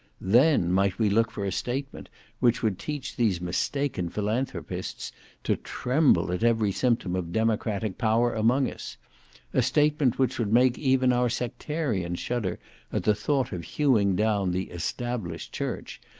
then might we look for a statement which would teach these mistaken philanthropists to tremble at every symptom of democratic power among us a statement which would make even our sectarians shudder at the thought of hewing down the established church,